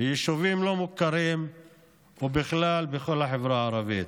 ביישובים לא מוכרים ובכלל בכל החברה הערבית.